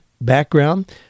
background